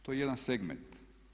To je jedan segment.